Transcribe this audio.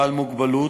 בעל מוגבלות,